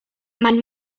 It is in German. man